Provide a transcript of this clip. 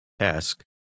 Ask